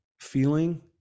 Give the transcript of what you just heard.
feeling